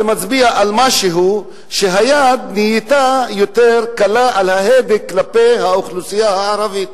זה מצביע על כך שהיד נהייתה יותר קלה על ההדק כלפי האוכלוסייה הערבית,